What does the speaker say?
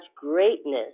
greatness